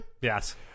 Yes